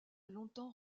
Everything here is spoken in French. longtemps